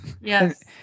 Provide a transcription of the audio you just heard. Yes